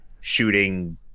shooting